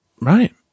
Right